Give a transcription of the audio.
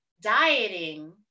dieting